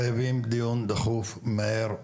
חייבים דיון דחוף ומהר,